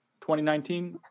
2019